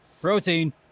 Protein